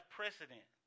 precedent